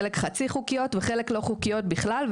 חלקן חצי חוקיות וחלקן לא חוקיות בכלל.